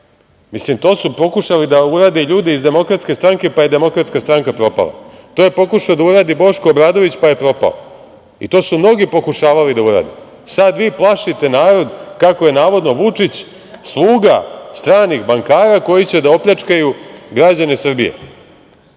To su pokušali da urade ljudi iz Demokratske stranke, pa je Demokratska stranka propala, to je pokušao da uradi i Boško Obradović, pa je propao i to su mnogi pokušavali da urade. Sada vi plašite narod kako je navodno Vučić sluga stranih bankara koji će da opljačkaju građane Srbije. Ko